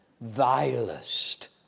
vilest